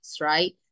right